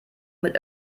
mit